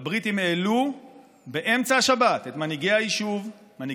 כשהבריטים העלו באמצע השבת את מנהיגי היישוב,